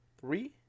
three